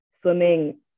swimming